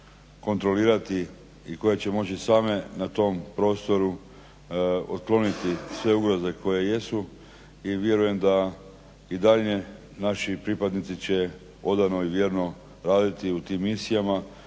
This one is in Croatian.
kontrolirati i koje će moći same na tom prostoru otkloniti sve ugroze koje jesu i vjerujem da i dalje naši pripadnici će odano i vjerno raditi u tim misijama